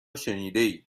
شنیدهاید